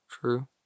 true